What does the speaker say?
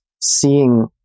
seeing